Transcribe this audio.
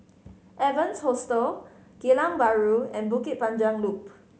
Evans Hostel Geylang Bahru and Bukit Panjang Loop